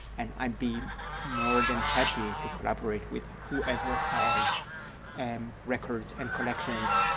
and i'd be more than happy to collaborate with whoever has and records and collections.